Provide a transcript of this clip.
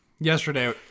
yesterday